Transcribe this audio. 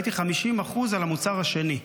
ראיתי 50% על המוצר השני.